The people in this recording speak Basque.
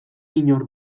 inor